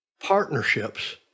partnerships